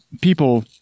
people